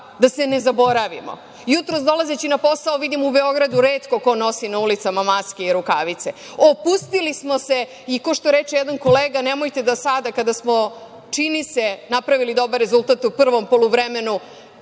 da se ne zaboravimo. Jutros dolazeći na posao, vidim u Beogradu retko ko nosi na ulicama maske i rukavice. Opustili smo se i kao što reče jedan kolega, nemojte da sada kada smo, čini se, napravili dobar rezultat u prvom poluvremenu,